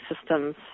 systems